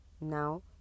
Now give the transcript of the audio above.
now